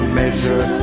measure